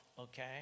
okay